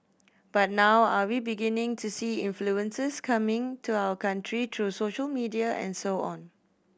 but now are we beginning to see influences coming to our country through social media and so on